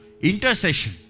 Intercession